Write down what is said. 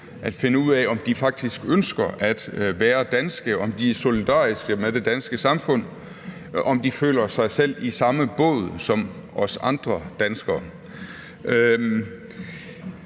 at finde ud af, om de faktisk ønsker at være danske, om de er solidariske med det danske samfund, og om de føler sig selv i samme båd som os andre danskere.